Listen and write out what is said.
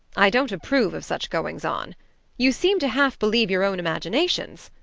i don't approve of such goings-on. you seem to half believe your own imaginations.